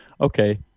okay